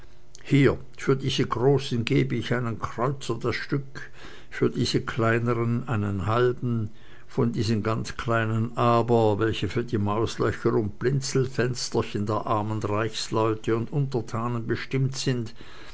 hier für diese großen gebe ich einen kreuzer das stück für diese kleineren einen halben von diesen ganz kleinen aber welche für die mauslöcher und blinzelfensterchen der armen reichsleute und untertanen bestimmt sind